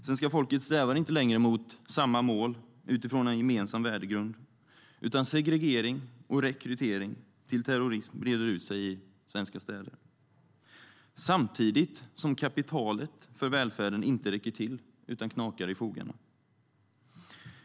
Svenska folket strävar inte längre mot samma mål utifrån en gemensam värdegrund, utan segregering och rekrytering till terrorism breder ut sig i svenska städer, samtidigt som kapitalet för välfärden inte räcker till utan knakar i fogarna.